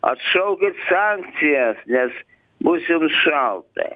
atšaukit sankcijas nes bus jum šalta